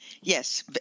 Yes